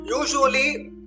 Usually